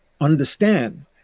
understand